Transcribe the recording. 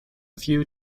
few